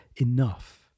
enough